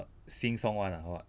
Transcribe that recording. sing song one ah or what